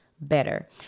better